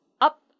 up